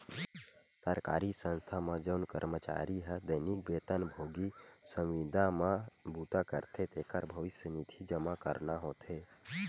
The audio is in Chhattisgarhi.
सरकारी संस्था म जउन करमचारी ह दैनिक बेतन भोगी, संविदा म बूता करथे तेखर भविस्य निधि जमा करना होथे